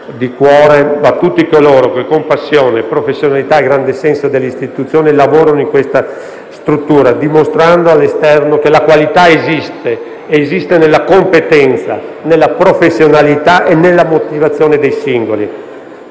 di cuore a tutti coloro che con passione, professionalità e grande senso delle istituzioni lavorano in questa struttura, dimostrando all'esterno che la qualità esiste; esiste nella competenza, nella professionalità e nella motivazione dei singoli.